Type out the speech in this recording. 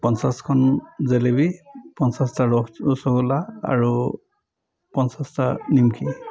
পঞ্চাছখন জেলেপি পঞ্চাছটা ৰসগোলা আৰু পঞ্চাছটা নিমখি